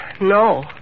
No